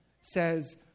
says